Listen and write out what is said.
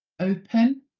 open